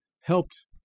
helped